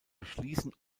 beschließen